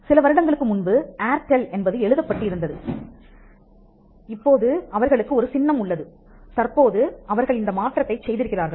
சில வருடங்களுக்கு முன்பு ஏர்டெல் என்பது எழுதப்பட்டு இருந்தது இப்போது அவர்களுக்கு ஒரு சின்னம் உள்ளது தற்போது அவர்கள் இந்த மாற்றத்தைச் செய்திருக்கிறார்கள்